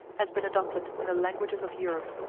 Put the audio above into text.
has been adopted in the languages of europe.